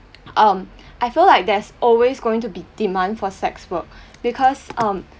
um I feel like there's always going to be demand for sex work because um